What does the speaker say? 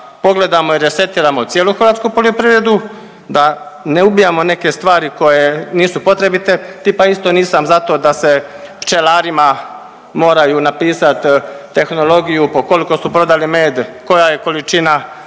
pogledamo i da resetiramo cijelu hrvatsku poljoprivredu, da ne ubijamo neke stvari koje nisu potrebite. Tipa nisam isto zato da se pčelarima moraju napisati tehnologiju po koliko su prodali med, koja je količina